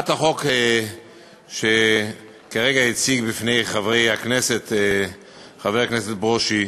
הצעת החוק שכרגע הציג בפני חברי הכנסת חבר הכנסת ברושי